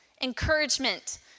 encouragement